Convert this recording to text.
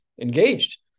engaged